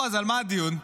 בועז, על מה הדיון?